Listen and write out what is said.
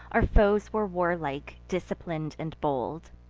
our foes were warlike, disciplin'd, and bold.